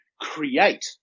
create